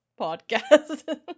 podcast